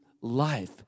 life